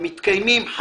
המתקיימים,